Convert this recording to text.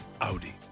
Audi